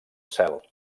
cel